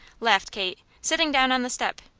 laughed kate, sitting down on the step.